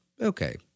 okay